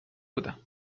بودم